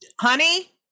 honey